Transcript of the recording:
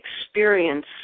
experience